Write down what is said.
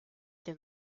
den